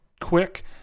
quick